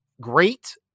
great